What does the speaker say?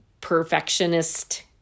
perfectionist